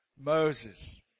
Moses